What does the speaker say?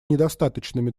недостаточными